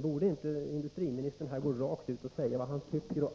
Borde inte industriministern här gå rakt ut och säga vad han